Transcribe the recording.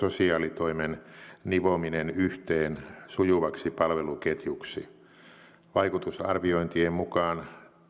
sosiaalitoimen nivominen yhteen sujuvaksi palveluketjuksi vaikutusarviointien mukaan